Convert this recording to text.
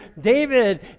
David